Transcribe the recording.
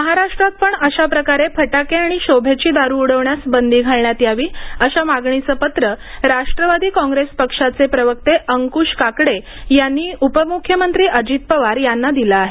महाराष्ट्रात पण अशाप्रकारे फटाके आणि शोभेची दारू उडवण्यास बंदी घालण्यात यावी अशा मागणीचं पत्र राष्ट्रवादी काँग्रेस पक्षाचे प्रवक्ते अंकुश काकडे यांनी उपमुख्यमंत्री अजित पवार यांना दिलं आहे